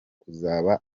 kuzaba